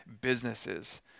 businesses